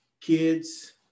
kids